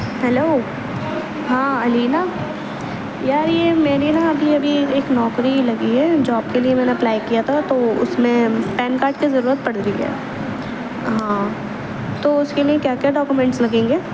hello ہاں علینہ یار یہ میں نے نا ابھی ابھی ایک نوکری لگی ہے جاب کے لیے میں نے اپلائی کیا تھا تو اس میں پین کارڈ کی ضرورت پڑ رہی ہے ہاں تو اس کے لیے کیا کیا ڈاکومنٹس لگیں گے